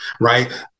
right